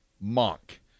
Monk